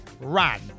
ran